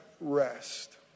rest